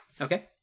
Okay